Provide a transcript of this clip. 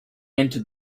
entered